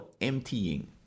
emptying